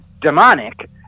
demonic